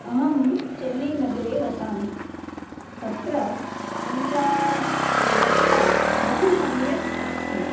अहं चन्नैनगरे वसामि तत्र सञ्चारणव्यवस्था बहु सम्यक् अस्ति